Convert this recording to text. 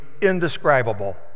indescribable